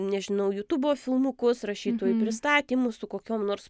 nežinau jutūbo filmukus rašytojų pristatymus su kokiom nors